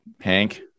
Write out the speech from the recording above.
Hank